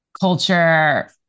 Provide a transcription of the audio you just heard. culture